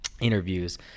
interviews